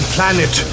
Planet